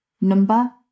number